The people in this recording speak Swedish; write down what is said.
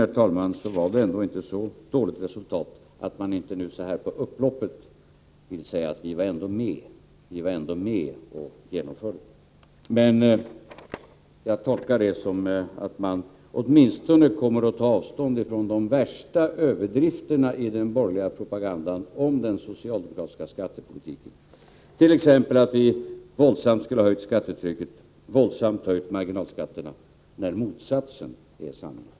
Resultatet var tydligen inte sämre än att ni så här på upploppet vill säga att ni ändå var med och genomförde den. Jag tolkar det som att man åtminstone kommer att ta avstånd från de värsta överdrifterna i den borgerliga propagandan om den socialdemokratiska skattepolitiken, t.ex. att vi våldsamt skulle ha höjt skattetrycket och att vi våldsamt skulle ha höjt marginalskatterna, när sanningen är motsatsen.